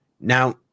Now